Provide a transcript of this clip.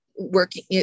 working